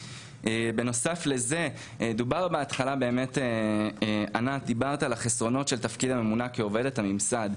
בנוסף לזה דובר בהתחלה על החסרונות של תפקיד הממונה כעובדת הממסד.